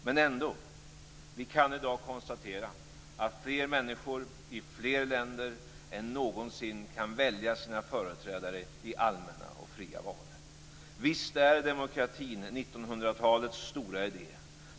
Men ändå kan vi i dag konstatera att fler människor i fler länder än någonsin kan välja sina företrädare i allmänna och fria val. Visst är demokratin 1900-talets stora idé.